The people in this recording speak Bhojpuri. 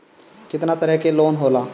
केतना तरह के लोन होला?